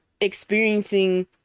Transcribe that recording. experiencing